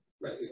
Right